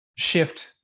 shift